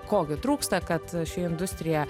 ko gi trūksta kad ši industrija